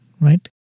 right